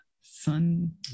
Sun